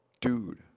dude